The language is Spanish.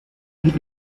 nick